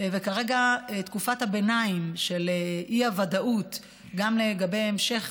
וכרגע תקופת הביניים של אי-ודאות גם לגבי המשך